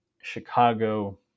Chicago